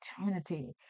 eternity